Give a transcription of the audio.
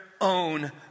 own